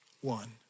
One